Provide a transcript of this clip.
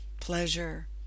pleasure